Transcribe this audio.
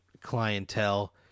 clientele